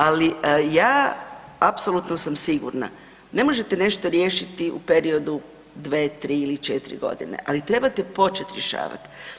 Ali, ja apsolutno sam sigurna, ne možete nešto riješiti u periodu 2, 3 ili 4 godine, ali trebate početi rješavati.